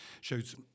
shows